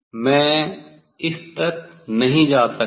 मैं इस तक नहीं जा सकता